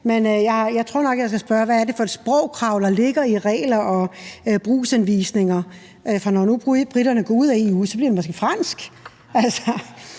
jeg tror nok, jeg vil spørge, hvad det er for et sprogkrav, der er i forbindelse med regler og brugsanvisninger, for når nu briterne går ud af EU, bliver det måske fransk.